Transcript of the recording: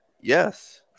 Yes